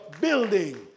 building